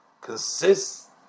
consists